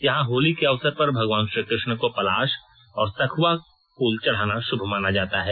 यहां होली के अवसर पर भगवान श्रीकृष्ण को पलाश और सखुवा फूल चढ़ाना शुभ माना जाता है